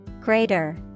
Greater